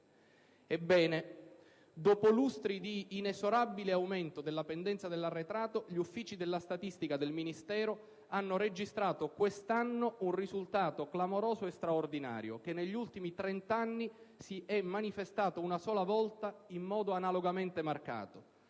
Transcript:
Ebbene, dopo lustri di inesorabile aumento della pendenza dell'arretrato, gli uffici statistici del Ministero hanno registrato quest'anno un risultato clamoroso e straordinario che, negli ultimi trent'anni, si è manifestato una sola volta, in modo analogamente marcato,